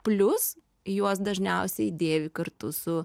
plius juos dažniausiai dėvi kartu su